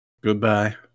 Goodbye